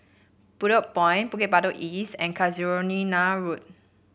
Bedok Point Bukit Batok East and Casuarina Road